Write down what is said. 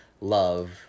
love